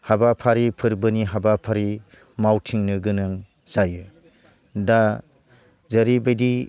हाबाफारि फोरबोनि हाबाफारि मावथिंनो गोनां जायो दा जेरैबादि